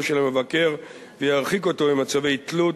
של המבקר וירחיק אותו ממצבי תלות,